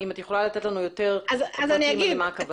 את יכולה לתת לנו יותר פרטים מה הכוונה.